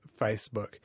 Facebook